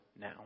now